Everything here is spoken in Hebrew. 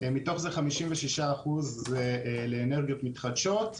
מתוך זה 56% הוא לאנרגיות מתחדשות,